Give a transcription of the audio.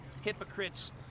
hypocrites